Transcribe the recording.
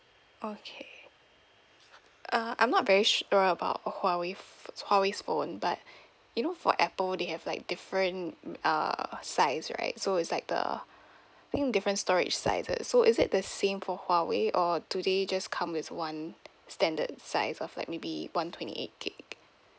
okay uh I'm not very sure about huawei ph~ huawei's phone but you know for apple they have like different mm uh size right so it's like the I think different storage sizes so is it the same for huawei or do they just come with one standard size of like maybe one twenty eight GIG